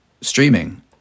streaming